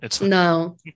no